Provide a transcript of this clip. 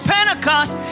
Pentecost